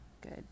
good